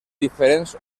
diferents